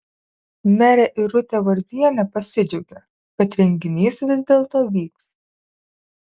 merė irutė varzienė pasidžiaugė kad renginys vis dėlto vyks